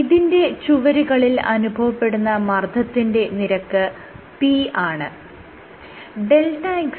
ഇതിന്റെ ചുവരുകളിൽ അനുഭവപ്പെടുന്ന മർദ്ദത്തിന്റെ നിരക്ക് p ആണ്